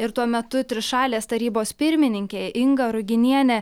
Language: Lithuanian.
ir tuo metu trišalės tarybos pirmininkė inga ruginienė